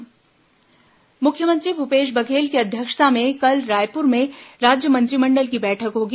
मंत्रिमंडल बैठक मुख्यमंत्री भूपेश बघेल की अध्यक्षता में कल रायपूर में राज्य मंत्रिमंडल की बैठक होगी